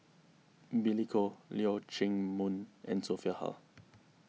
Billy Koh Leong Chee Mun and Sophia Hull